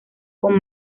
con